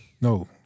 No